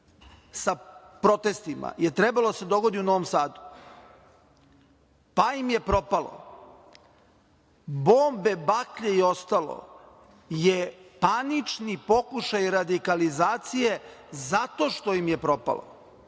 sa protestima je trebalo da se dogodi u Novom Sadu, pa im je propalo. Bombe, baklje i ostalo je panični pokušaj radikalizacije zato što im je propalo. Dakle,